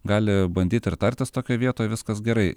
gali bandyt ir tartis tokioj vietoj viskas gerai